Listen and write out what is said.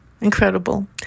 Incredible